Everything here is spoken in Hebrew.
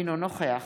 אינו נוכח